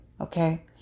Okay